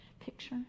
picture